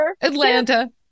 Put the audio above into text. Atlanta